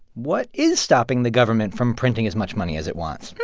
what is stopping the government from printing as much money as it wants?